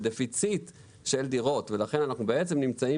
בדפיציט של דירות ולכן אנחנו בעצם נמצאים